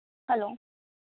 hello